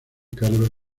carlos